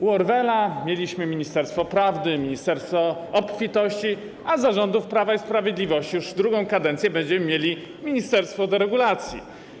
U Orwella mieliśmy ministerstwo prawdy, ministerstwo obfitości, a za rządów Prawa i Sprawiedliwości już podczas drugiej kadencji będziemy mieli ministerstwo deregulacji.